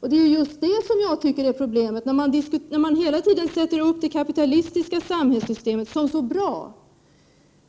Problemet är just det att man hela tiden framställer det kapitalistiska samhällssystemet som så bra